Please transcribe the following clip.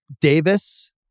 Davis